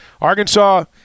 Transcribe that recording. Arkansas